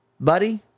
Buddy